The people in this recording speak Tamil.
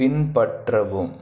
பின்பற்றவும்